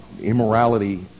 immorality